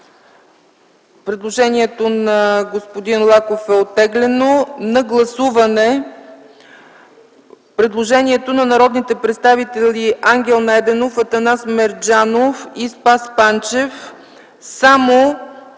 Предложението на господин Венцислав Лаков е оттеглено. Подлагам на гласуване предложението на народните представители Ангел Найденов, Атанас Мерджанов и Спас Панчев само